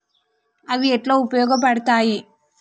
అవి ఎట్లా ఉపయోగ పడతాయి?